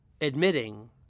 admitting